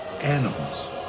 animals